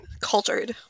cultured